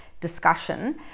discussion